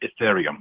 Ethereum